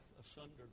asunder